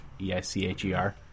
E-I-C-H-E-R